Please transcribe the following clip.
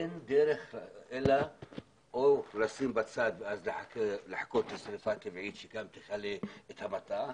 אין דרך או לשים בצד ואז לחכות לשריפה טבעית שגם תכלה את המטע,